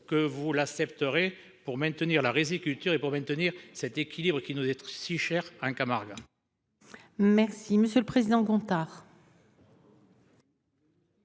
que vous l'accepterez pour maintenir la riziculture et pour maintenir cet équilibre qui nous est si cher en Camargue. La parole est à M. Guillaume Gontard,